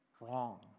Wrong